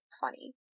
funny